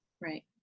Right